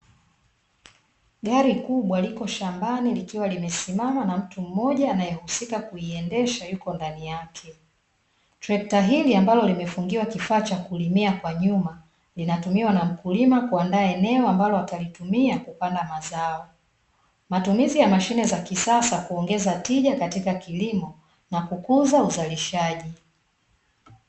Gari kubwa liko shambani likiwa limesimama na mtu mmoja anayehusika kuiendesha yuko ndani yake. Trekta hili ambalo limefungiwa kifaa cha kulimia kwa nyuma linatumiwa na mkulima kuandaa eneo ambalo atalitumia kupanda mazao. Matumizi ya mashine za kisasa kuongeza tija katika kilimo na kukuza uzalishaji.